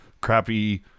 crappy